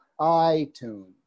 iTunes